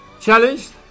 challenged